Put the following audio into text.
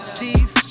Steve